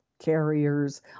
carriers